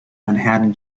manhattan